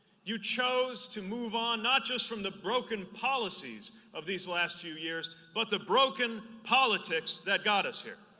you chose to move on not just from the broken policies of these last two years but the broken politics that got us here.